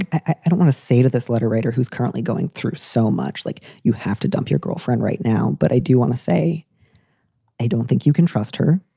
i don't want to say to this letter writer who's currently going through so much like you have to dump your girlfriend right now. but i do want to say i don't think you can trust her.